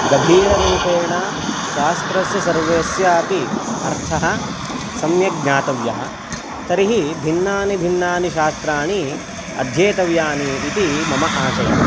गभीररूपेण शास्त्रस्य सर्वस्यापि अर्थः सम्यग् ज्ञातव्यः तर्हि भिन्नानि भिन्नानि शास्त्राणि अध्येतव्यानि इति मम आशयः